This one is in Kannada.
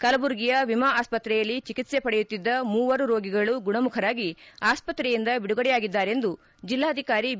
ಕಲಬುರಗಿಯ ವಿಮಾ ಆಸ್ಪತ್ರೆಯಲ್ಲಿ ಚಿಕಿತ್ಸೆ ಪಡೆಯುತ್ತಿದ್ದ ಮೂವರು ರೋಗಿಗಳು ಗುಣಮುಖರಾಗಿ ಆಸ್ಪತ್ರೆಯಿಂದ ಬಿಡುಗಡೆಯಾಗಿದ್ದಾರೆಂದು ಜೆಲ್ಲಾಧಿಕಾರಿ ಬಿ